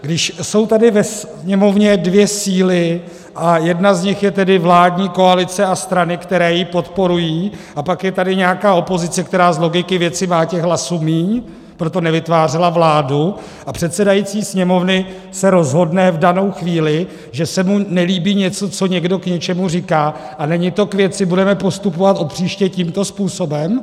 Když jsou tady ve Sněmovně dvě síly a jedna z nich je tedy vládní koalice a strany, které ji podporují, a pak je tady nějaká opozice, která z logiky věci má těch hlasů míň, proto nevytvářela vládu, a předsedající Sněmovny se rozhodne v danou chvíli, že se mu nelíbí něco, co někdo k něčemu říká a není to k věci, budeme postupovat od příště tímto způsobem?